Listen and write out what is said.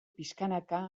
pixkanaka